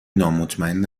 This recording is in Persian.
نامطمئن